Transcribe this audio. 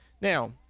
Now